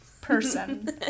person